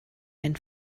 ein